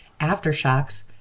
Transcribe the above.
Aftershocks